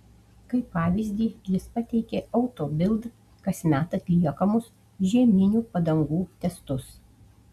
kaip pavyzdį jis pateikė auto bild kasmet atliekamus žieminių padangų testus